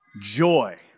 joy